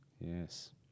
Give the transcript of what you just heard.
Yes